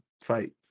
fight